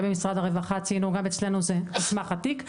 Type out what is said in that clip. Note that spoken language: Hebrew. במשרד הרווחה אמרו גם אצלנו זה על סמך התיק.